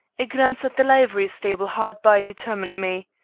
a glance at the livery-stable hard by, determined me.